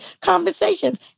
conversations